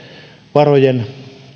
varojen